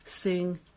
Sing